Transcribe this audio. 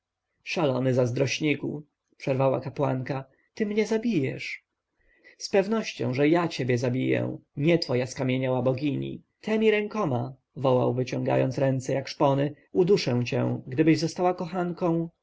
szalony zazdrośniku przerwała kapłanka ty mnie zabijesz z pewnością że ja cię zabiję nie twoja skamieniała bogini temi rękoma wołał wyciągając ręce jak szpony uduszę cię gdybyś została kochanką